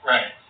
Right